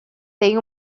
tem